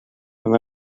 amb